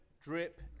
drip